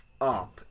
up